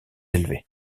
élevé